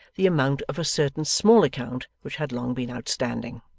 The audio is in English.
the amount of a certain small account which had long been outstanding.